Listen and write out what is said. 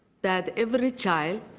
that every child